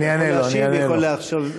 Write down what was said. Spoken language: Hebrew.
אתה יכול להשיב או יכול להשלים בכתב.